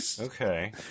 Okay